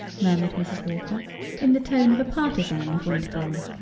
murmured mrs. walker in the tone of a partisan of winterbourne.